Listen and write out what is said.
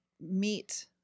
meet